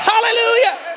Hallelujah